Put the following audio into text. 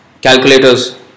calculators